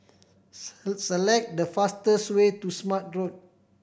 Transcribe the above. select the fastest way to Smart Road